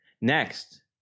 Next